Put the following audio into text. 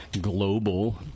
global